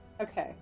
Okay